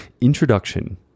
Introduction